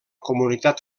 comunitat